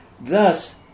thus